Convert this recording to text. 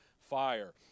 fire